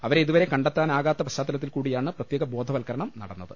അവരെ ഇതുവരെ കണ്ടെത്താനാകാത്ത പശ്ചാത്തല ത്തിൽകൂടിയാണ് പ്രത്യേക ബോധവത്ക്കരണം നടന്നത്